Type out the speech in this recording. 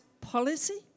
policy